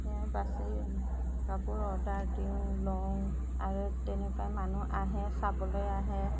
সেয়া বাচি কাপোৰ অৰ্ডাৰ দিওঁ লওঁ আৰু তেনেকুৱা মানুহ আহে চাবলৈ আহে